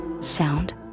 sound